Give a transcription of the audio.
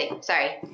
sorry